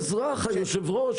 אבל --- דין וחשבון לאזרח,